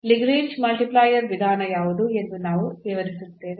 ಲ್ಯಾಗ್ರೇಂಜ್ನ multiplier Lagrange's multiplier ವಿಧಾನ ಯಾವುದು ಎಂದು ನಾನು ವಿವರಿಸುತ್ತೇನೆ